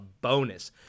bonus